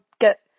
get